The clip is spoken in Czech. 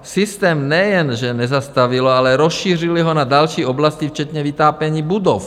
Systém nejen že nezastavilo, ale rozšířili ho na další oblasti včetně vytápění budov.